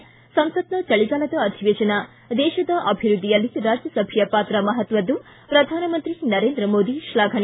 ಿ ಸಂಸತ್ನ ಚಳಿಗಾಲದ ಅಧಿವೇಶನ ದೇಶದ ಅಭಿವೃದ್ಧಿಯಲ್ಲಿ ರಾಜ್ಯಸಭೆಯ ಪಾತ್ರ ಮಹತ್ವದ್ದು ಪ್ರಧಾನಮಂತ್ರಿ ನರೇಂದ್ರ ಮೋದಿ ಶ್ಲಾಫನೆ